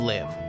Live